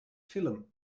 film